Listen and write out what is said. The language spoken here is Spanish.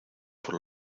por